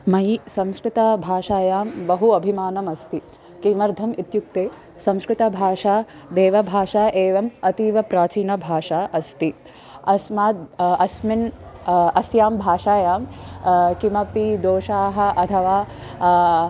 मयि संस्कृतभाषायां बहु अभिमानम् अस्ति किमर्थम् इत्युक्ते संस्कृतभाषा देवभाषा एवम् अतीवप्राचीनभाषा अस्ति अस्मात् अस्मिन् अस्यां भाषायां किमपि दोषाः अथवा